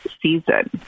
season